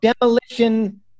Demolition